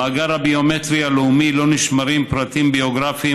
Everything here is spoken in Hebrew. במאגר הביומטרי הלאומי לא נשמרים פרטים ביוגרפיים